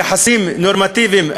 ליחסים נורמטיביים,